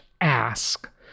ask